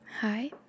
hi